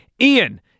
Ian